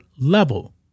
level